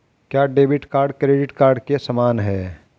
क्या debit card credit card के समान है?